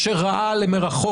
שראה למרחוק,